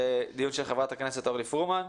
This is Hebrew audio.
זה דיון של חברת הכנסת אורלי פרומן.